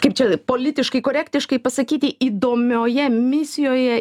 kaip čia politiškai korektiškai pasakyti įdomioje misijoje